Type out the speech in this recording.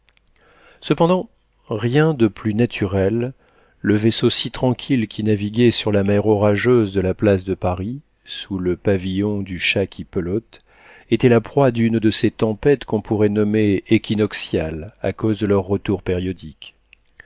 cependant rien de plus naturel le vaisseau si tranquille qui naviguait sur la mer orageuse de la place de paris sous le pavillon du chat qui pelote était la proie d'une de ces tempêtes qu'on pourrait nommer équinoxiales à cause de leur retour périodique